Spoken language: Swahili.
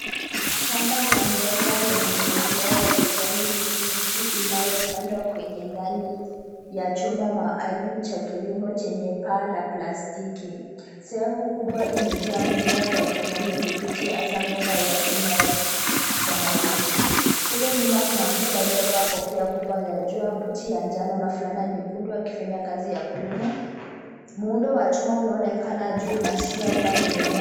Shamba la mboga lenye mimea ya kijani kibichi inayopandwa kwenye ndani ya chumba maalum cha kilimo chenye paa la plastiki. Sehemu kubwa imejaa mimea ya kijani kibichi hasa mboga aina ya sukuma wiki. Kule nyuma kuna mtu alievaa kofia kubwa ya jua buti ya njano na fulana nyekundu akifanya kazi ya kulima. Muundo wa chuma unaonekana juu unaashiria kuwa ni eneo.